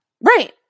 Right